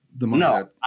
No